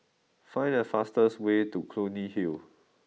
find the fastest way to Clunny Hill